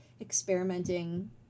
experimenting